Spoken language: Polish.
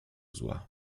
zła